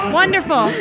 wonderful